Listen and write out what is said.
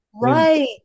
Right